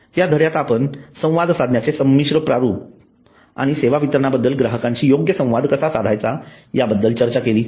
या धड्यात आपण संवाद साधण्याचे संमिश्र प्रारूप आणि सेवा वितरणाबद्दल ग्राहकांशी योग्य संवाद कसा साधायचा याबद्दल चर्चा केली आहे